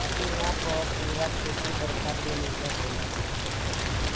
इहां पअ पूरा खेती बरखा पे निर्भर होला